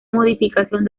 modificación